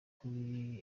kuri